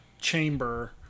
chamber